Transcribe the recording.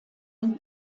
sie